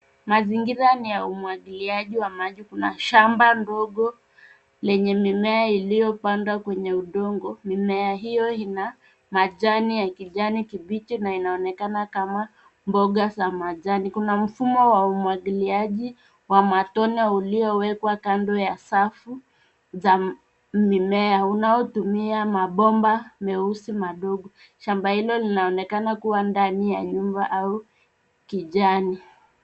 Mazingira ni ya umwagiliaji wa maji. Kuna shamba ndogo lenye mimea iliyopandwa kwenye udongo. Mimea hiyo ina majani ya kijani kibichi na inaonekana kama mboga za majani. Kuna mfumo wa umwagliaji wa matone uliowekwa kando ya safu za mimea unaotumia mabomba meusi madogo. Shamba hilo inaonekana kuwa ndani ya nyumba au kijani.